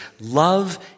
Love